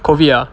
COVID ah